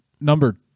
number